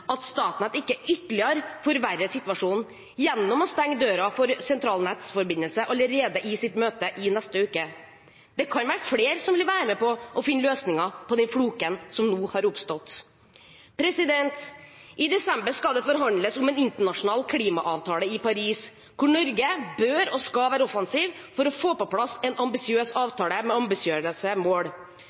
at Statnett ikke ytterligere forverrer situasjonen gjennom å stenge døren for sentralnettforbindelse allerede i sitt møte i neste uke. Det kan være flere som vil være med på å finne løsninger på den floken som nå har oppstått. I desember skal det forhandles om en internasjonal klimaavtale i Paris, hvor Norge bør og skal være offensiv for å få på plass en ambisiøs avtale med ambisiøse mål.